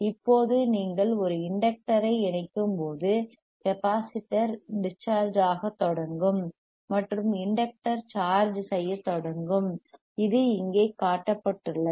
இப்போது நீங்கள் ஒரு இண்டக்டர் ஐ இணைக்கும்போது கெப்பாசிட்டர் டிஸ் சார்ஜ் ஆக தொடங்கும் மற்றும் இண்டக்டர் சார்ஜ் செய்யத் தொடங்கும் இது இங்கே காட்டப்பட்டுள்ளது